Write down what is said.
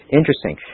interesting